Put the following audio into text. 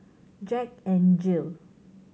Jack N Jill